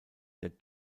der